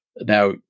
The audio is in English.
now